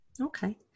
Okay